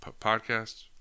podcast